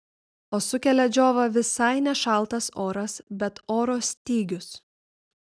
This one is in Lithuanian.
o sukelia džiovą visai ne šaltas oras bet oro stygius